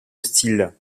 style